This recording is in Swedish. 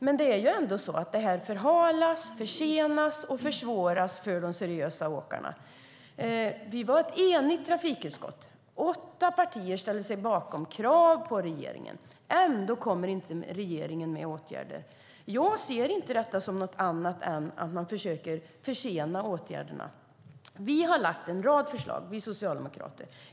Men det förhalas, försenas och försvåras för de seriösa åkarna. Trafikutskottet var enigt. Åtta partier ställde sig bakom krav på regeringen. Ändå kommer regeringen inte med åtgärder. Jag ser det inte som något annat än att man försöker försena åtgärderna. Vi socialdemokrater har lagt fram en rad förslag.